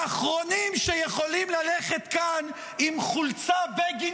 האחרונים שיכולים ללכת כאן עם חולצה "בגין